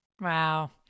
Wow